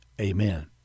Amen